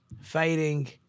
fighting